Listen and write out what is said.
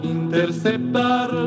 interceptar